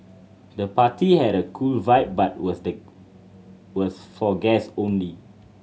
the party had a cool vibe but was for guests only